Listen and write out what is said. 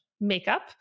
makeup